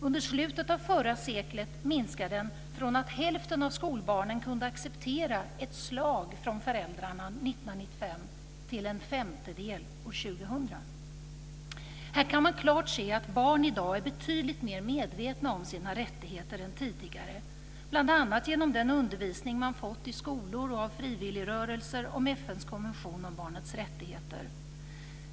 Under slutet av förra seklet skedde det en minskning från att hälften av skolbarnen kunde acceptera ett slag från föräldrarna 1995 till att en femtedel kunde göra det år 2000. Här kan man klart se att barn i dag är betydligt mer medvetna om sina rättigheter än tidigare, bl.a. genom den undervisning man fått i skolor och av frivilligrörelser om FN:s konvention om barnens rättigheter.